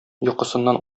йокысыннан